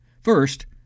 First